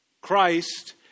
Christ